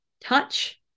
touch